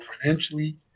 financially